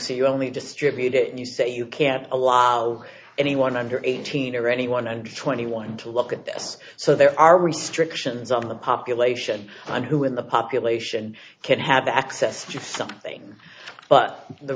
so you only distribute it you say you can't allow anyone under eighteen or anyone under twenty one to look at this so there are restrictions on the population and who in the population can have access to something but the